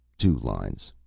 two lines.